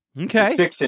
Okay